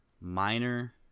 minor